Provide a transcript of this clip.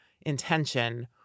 intention